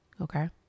okay